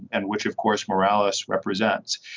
and which of course morales represents.